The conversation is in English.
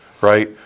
right